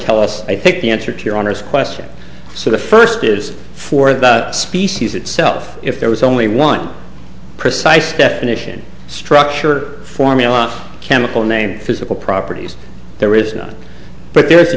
tell us i think the answer to your honor's question so the first is for the species itself if there was only one precise definition structure for me off chemical name physical properties there is none but there is a